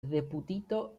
deputito